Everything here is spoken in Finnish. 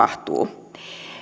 tapahtuu